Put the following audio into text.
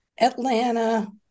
Atlanta